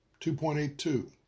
2.82